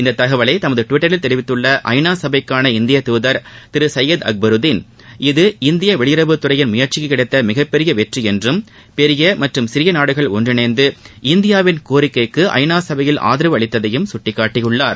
இந்த தகவலை தமது டுவிட்டரில் தெரிவித்துள்ள ஐ நா சபைக்கான இந்திய தூதர் திரு சையத் அக்பருதீன் இது இந்திய வெளியுறவுத் துறையின் முயற்சிக்கு கிடைத்த மிகப்பெரும் வெற்றி என்றும் பெரிய மற்றும் சிறிய நாடுகள் ஒன்றிணைந்து இந்தியாவின் கோரிக்கைக்கு ஐ நா சபையில் ஆதரவு அளித்ததையும் சுட்டிக்காட்டியுள்ளார்